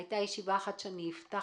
היתה ישיבה שהבטחתי,